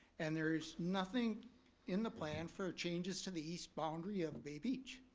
and there is nothing in the plan for changes to the east boundary of bay beach.